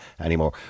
anymore